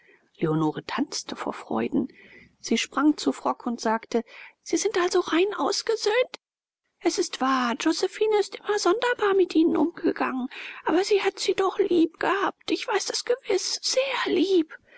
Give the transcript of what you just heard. leonore tanzte vor freuden sie sprang zu frock und sagte sie sind also rein ausgesöhnt es ist wahr josephine ist immer sonderbar mit ihnen umgegangen aber sie hat sie doch lieb gehabt ich weiß das gewiß sehr lieb